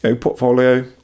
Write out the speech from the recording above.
portfolio